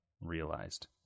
realized